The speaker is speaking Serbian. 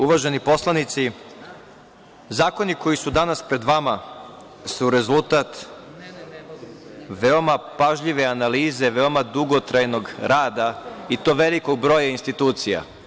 Uvaženi poslanici, zakoni koji su danas pred vama su rezultat veoma pažljive analize, veoma dugotrajnog rada i to velikog broja institucija.